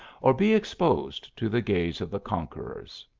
or be exposed to the gaze of the conquerors.